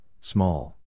small